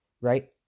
right